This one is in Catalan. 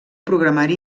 programari